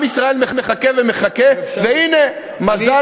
עם ישראל מחכה ומחכה, אם אפשר, והנה, מזל.